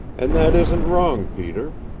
and that isn't wrong, peter.